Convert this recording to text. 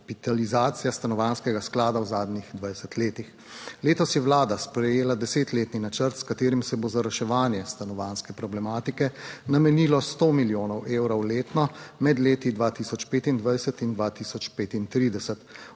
dokapitalizacija Stanovanjskega sklada v zadnjih 20-letih. Letos je vlada sprejela desetletni načrt, s katerim se bo za reševanje stanovanjske problematike namenilo sto milijonov evrov letno med leti 2025 in 2035.